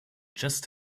just